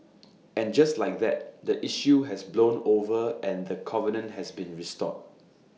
and just like that the issue has blown over and the covenant has been restored